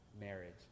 marriage